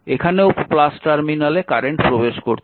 এখানেও টার্মিনালে কারেন্ট প্রবেশ করছে